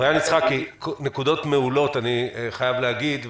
אוריין יצחקי, נקודות מעולות, אני חייב להגיד.